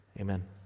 amen